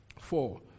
Four